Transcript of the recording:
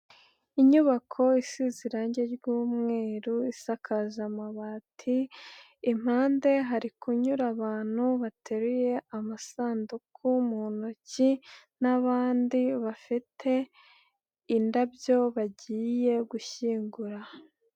Inyubako isize irangi ry'umweru, isakaje amabati, impande hari kunyura abantu bateruye amasanduku mu ntoki n'abandi bafite indabyo bagiye gushyingura.